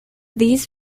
these